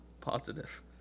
Positive